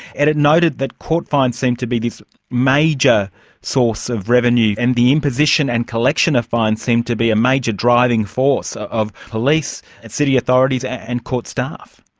and it noted that court fines seemed to be this major source of revenue, and the imposition and collection of fines seemed to be a major driving force of police, city authorities and court staff.